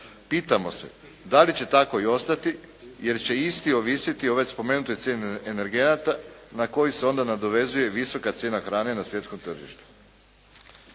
Pitamo se da li će tako i ostati jer će isti ovisiti o već spomenutoj cijeni energenata na koji se onda nadovezuje visoka cijena hrane na svjetskom tržištu.